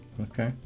Okay